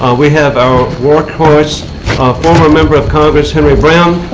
ah we have our workhorse former member of congress, henry brown.